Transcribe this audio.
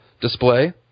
display